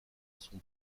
son